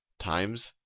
times